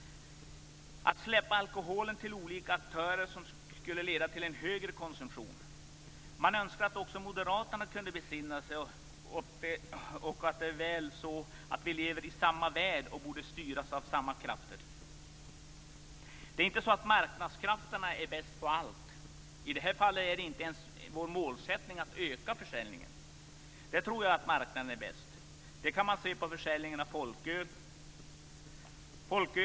Att släppa ut alkoholen till olika aktörer skulle leda till en högre konsumtion. Jag skulle önska att moderaterna kunde besinna sig. Vi lever ändå i samma värld och borde styras av samma krafter. Det är inte så att marknadskrafterna är bäst på allt. I det här fallet är det ju inte vår målsättning att öka försäljningen. I det avseendet tror jag att marknaden är bäst. Det kan man se på försäljningen av folköl.